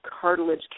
cartilage